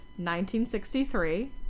1963